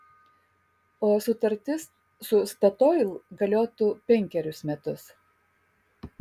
o sutartis su statoil galiotų penkerius metus